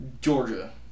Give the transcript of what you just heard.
Georgia